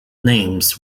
names